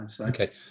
Okay